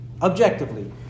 objectively